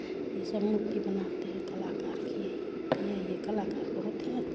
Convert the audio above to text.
ये सब मूर्ति बनाते हैं कलाकार की यही होती है ये कलाकार बहुत यहाँ